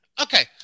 Okay